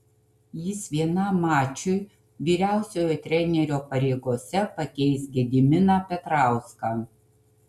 jis vienam mačui vyriausiojo trenerio pareigose pakeis gediminą petrauską